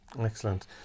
Excellent